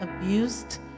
abused